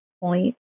point